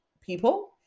people